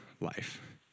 life